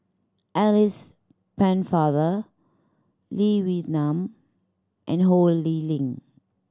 Alice Pennefather Lee Wee Nam and Ho Lee Ling